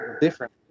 different